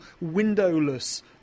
windowless